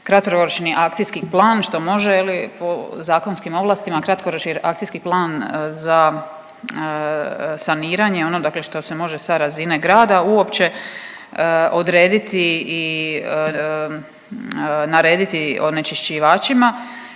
kratkoročni akcijski plan, što može, je li, po zakonskim ovlastima, kratkoročni akcijski plan za saniranje ono, dakle što se može sa razine grada uopće odrediti i narediti onečišćivačima.